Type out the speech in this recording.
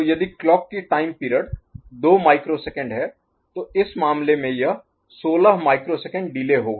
तो यदि क्लॉक की टाइम पीरियड 2 माइक्रोसेकंड है तो इस मामले में यह 16 माइक्रोसेकंड डिले होगा